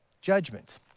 judgment